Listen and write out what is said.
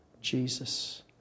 Jesus